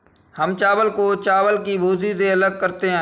हम चावल को चावल की भूसी से अलग करते हैं